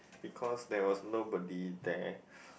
because there was nobody there